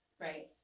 Right